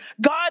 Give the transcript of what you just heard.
God